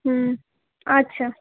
হুম আচ্ছা